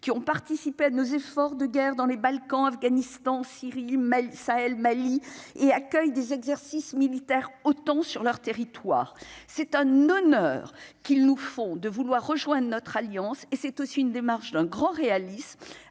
qui ont participé à nos efforts de guerre dans les Balkans en Afghanistan Syrie mail Sahel : Mali et accueille des exercices militaires autant sur leur territoire, c'est un honneur qu'ils nous font de vouloir rejoindre notre alliance et c'est aussi une démarche d'un grand réalisme